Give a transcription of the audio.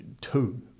two